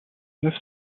neuf